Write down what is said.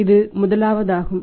இது முதலாவதாகும்